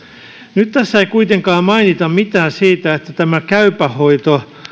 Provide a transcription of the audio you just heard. nyt tässä ei kuitenkaan mainita mitään siitä että käypä hoito